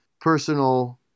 personal